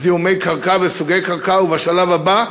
זיהומי קרקע וסוגי קרקע, ובשלב הבא,